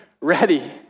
ready